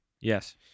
Yes